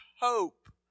hope